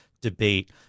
debate